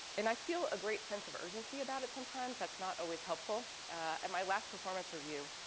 and i feel a great sense of urgency about it sometimes that's not always helpful. at my last performance review,